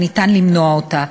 וניתן למנוע אותה,